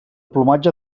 plomatge